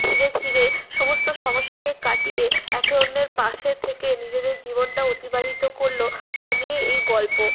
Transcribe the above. ধীরে ধীরে সমস্ত সমস্যাকে কাটিয়ে একে অন্যের পাশে থেকে নিজেদের জীবনটা অতিবাহিত করল তা নিয়ে এই গল্প